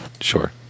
sure